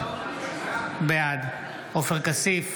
בעד עופר כסיף,